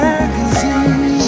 Magazine